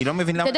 אני לא מבין למה